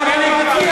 מה עם הקריסטל מת'?